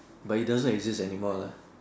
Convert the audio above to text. but it doesn't exist anymore lah